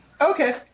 Okay